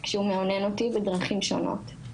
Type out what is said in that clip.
כשהוא מאונן אותי בדרכים שונות.